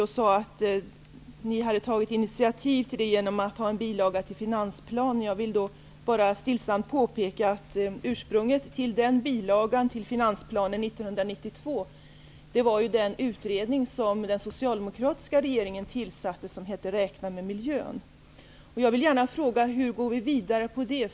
Han sade att regeringen har tagit initiativ på det området genom att ha en bilaga till finansplanen. Då vill jag bara stillsamt påpeka att ursprunget till bilagan till finansplanen 1992 var den utredning som den socialdemokratiska regeringen tillsatte som hette Räkna med miljön. Jag vill gärna fråga hur vi går vidare med detta.